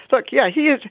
like yeah, he is.